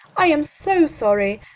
i am so sorry!